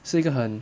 是一个很